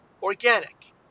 Organic